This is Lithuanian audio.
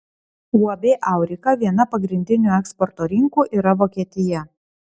uab aurika viena pagrindinių eksporto rinkų yra vokietija